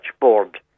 Board